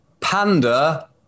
Panda